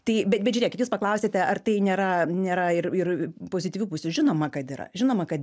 tai bet bet žiūrėkit jūs paklausėte ar tai nėra nėra ir ir pozityvių pusių žinoma kad yra žinoma kad